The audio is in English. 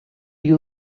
you